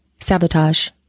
sabotage